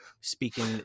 speaking